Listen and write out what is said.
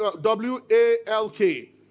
W-A-L-K